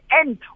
end